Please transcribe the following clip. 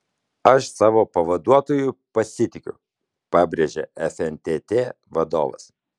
aš savo pavaduotoju pasitikiu pabrėžė fntt vadovas